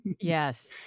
Yes